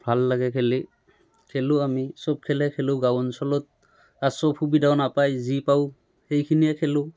ভাল লাগে খেলি খেলোঁ আমি চব খেলেই খেলোঁ গাঁও অঞ্চলত আৰু চব সুবিধাও নাপায় যি পাওঁ সেইখিনিয়ে খেলোঁ